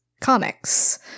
comics